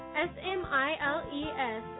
S-M-I-L-E-S